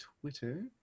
Twitter